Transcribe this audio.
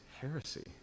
Heresy